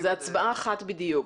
זה הצבעה אחת בדיוק.